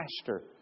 pastor